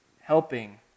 helping